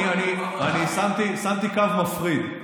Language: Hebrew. אני שמתי קו מפריד.